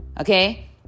Okay